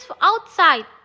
outside